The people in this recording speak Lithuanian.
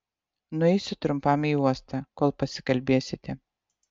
nueisiu trumpam į uostą kol pasikalbėsite